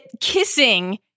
Kissing